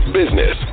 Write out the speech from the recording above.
business